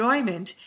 enjoyment